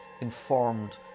informed